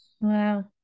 Wow